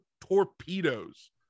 torpedoes